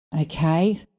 Okay